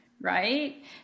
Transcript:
right